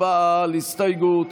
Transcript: הצבעה על ההסתייגות.